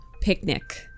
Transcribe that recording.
picnic